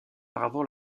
auparavant